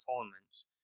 tournaments